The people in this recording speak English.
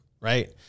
right